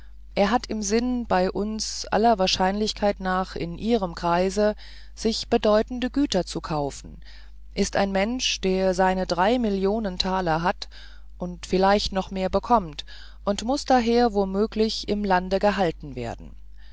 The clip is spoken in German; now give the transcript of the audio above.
er hat im sinn bei uns aller wahrscheinlichkeit nach in ihrem kreise sich bedeutende güter zu kaufen ist ein mensch der seine drei millionen taler hat und vielleicht noch mehr bekommt und muß daher womöglich im lande gehalten werden